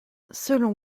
selon